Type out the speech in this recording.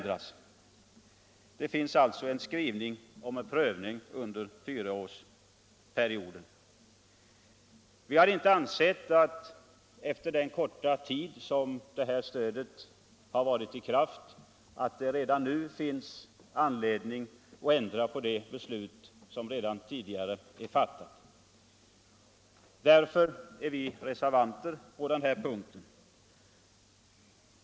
Det finns alltså en skrivning om en prövning under fyraårsperioden. Vi har inte ansett att det efter den korta tid som stödet tillämpats redan nu finns anledning att ändra det beslut som fattades förra året, och därför har vi reserverat oss på denna punkt.